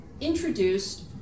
introduced